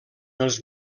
els